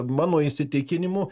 mano įsitikinimu